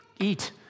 Eat